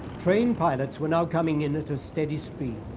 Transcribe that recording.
trained pilots were now coming in at a steady speed,